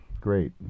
Great